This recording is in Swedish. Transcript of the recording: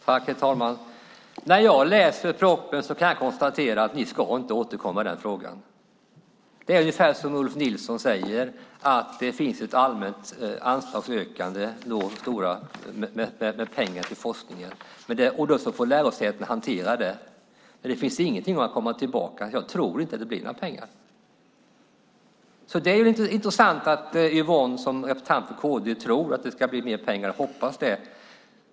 Herr talman! När jag läser propositionen kan jag konstatera att ni inte ska återkomma i den frågan. Det är ungefär som Ulf Nilsson säger, nämligen att det finns en allmän anslagsökning till forskningen. Sedan får lärosätena hantera det. Men det finns ingenting om att man ska komma tillbaka om detta. Jag tror inte att det blir några pengar. Det är intressant att Yvonne Andersson som representant för Kristdemokraterna tror och hoppas att det ska bli mer pengar.